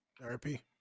Therapy